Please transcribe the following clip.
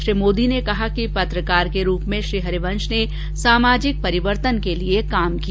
श्री मोदी ने कहा कि पत्रकार के रूप में श्री हरिवंश ने सामाजिक परिवर्तन के लिए काम किया